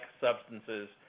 substances